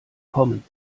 kommen